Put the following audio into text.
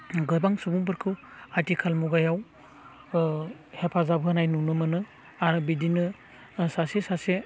गोबां सुबुंफोरखौ आथिखाल मुगायाव हेफाजाब होनाय नुनो मोनो आरो बिदिनो सासे सासे